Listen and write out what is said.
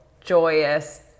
joyous